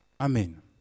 Amen